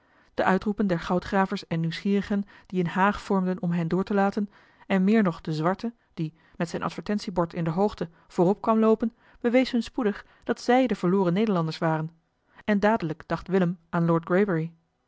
de uitroepen der goudgravers en nieuwsgierigen die een haag vormden om hen door te laten en meer nog de zwarte die met zijn advertentiebord in de hoogte voorop kwam loopen bewees hun spoedig dat zij de verloren nederlanders waren en dadelijk dacht willem aan lord